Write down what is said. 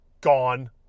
Gone